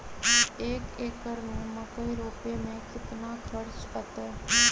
एक एकर में मकई रोपे में कितना खर्च अतै?